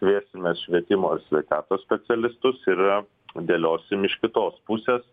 kviesimės švietimo ir sveikatos specialistus ir dėliosim iš kitos pusės